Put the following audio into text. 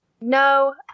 No